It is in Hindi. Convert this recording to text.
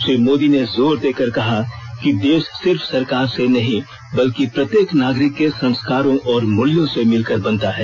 श्री मोदी ने जोर देकर कहा है कि देश सिर्फ सरकार से नहीं बल्कि प्रत्येक नागरिक के संस्कारों और मूल्यों से मिलकर बनता है